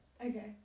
Okay